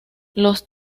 los